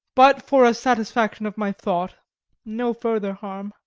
but for a satisfaction of my thought no further harm.